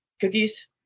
cookies